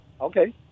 Okay